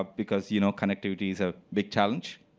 ah because you know connectivity is a big challenge.